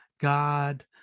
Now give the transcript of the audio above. God